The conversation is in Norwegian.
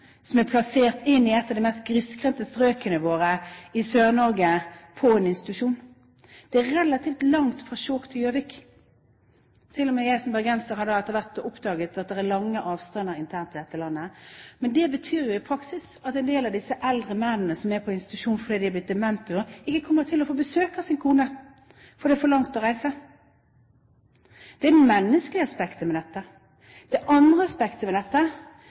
som er plassert på en institusjon i et av de mest grisgrendte strøkene våre i Sør-Norge. Det er relativt langt fra Skjåk til Gjøvik. Til og med jeg som bergenser har etter hvert oppdaget at det er lange avstander internt i dette landet. Men det betyr i praksis at en del av disse eldre mennene som er på institusjon fordi de er blitt demente, ikke kommer til å få besøk av sin kone, fordi det er for langt å reise. Det er det menneskelige aspektet ved dette. Det andre aspektet ved dette er at vi faktisk ble lovet dette